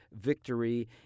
victory